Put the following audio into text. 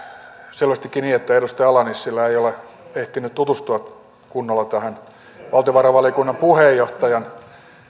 selvästikin niin että edustaja ala nissilä ei ole ehtinyt tutustua kunnolla tähän valtiovarainvaliokunnan puheenjohtajan